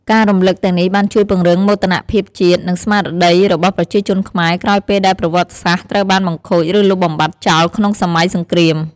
ការរំលឹកទាំងនេះបានជួយពង្រឹងមោទនភាពជាតិ និងស្មារតីរបស់ប្រជាជនខ្មែរ ក្រោយពេលដែលប្រវត្តិសាស្ត្រត្រូវបានបង្ខូច ឬលុបបំបាត់ចោលក្នុងសម័យសង្គ្រាម។